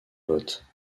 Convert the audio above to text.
vote